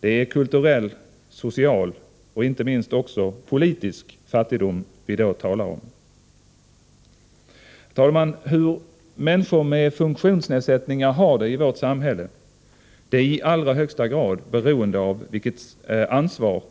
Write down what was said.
Det är kulturell, social och inte minst politisk fattigdom vi då talar om. Hur människor med funktionsnedsättningar har det i vårt samhälle är i allra högsta grad beroende av vilket samhälleligt ansvar